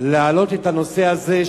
להעלות את הנושא הזה,